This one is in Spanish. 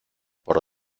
por